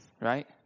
right